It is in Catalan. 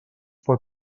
pot